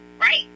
right